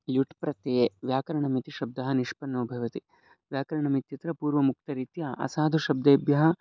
युट् प्रत्यये व्याकरणम् इति शब्दः निष्पन्नो भवति व्याकरणमित्यत्र पूर्वम् उक्तरीत्या असाधुः शब्देभ्यः